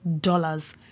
dollars